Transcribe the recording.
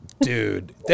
Dude